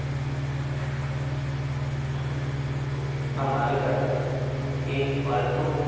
हमारे घर में एक पालतू